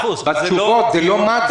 התשובות זה לא מד"א.